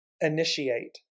initiate